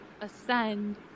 ascend